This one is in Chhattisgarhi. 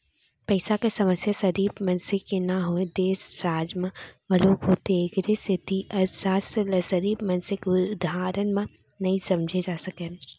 पइसा के समस्या सिरिफ मनसे के नो हय, देस, राज म घलोक होथे एखरे सेती अर्थसास्त्र ल सिरिफ मनसे के उदाहरन म नइ समझे जा सकय